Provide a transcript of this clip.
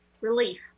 relief